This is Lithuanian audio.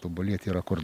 tobulėt yra kur